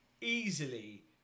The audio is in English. easily